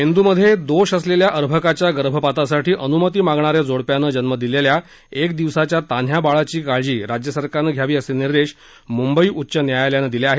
मेंदूमध्ये दोष असलेल्या अर्भकाच्या गर्भपातासाठी अन्मती मागणाऱ्या जोडप्यांनं जन्म दिलेल्या एक दिवसाच्या तान्ह्या बाळाची काळजी राज्य सरकारनं घ्यावी असे निर्देश मृंबई उच्च न्यायालयानं दिले आहेत